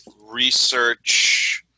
research